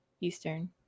Eastern